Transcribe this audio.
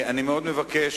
אני מבקש